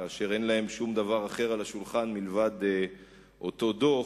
כאשר אין להם שום דבר אחר על השולחן מלבד אותו דוח,